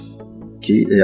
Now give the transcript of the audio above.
okay